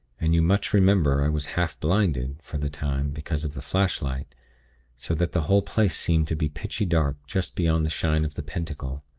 and you much remember i was half-blinded, for the time, because of the flashlight so that the whole place seemed to be pitchy dark just beyond the shine of the pentacle.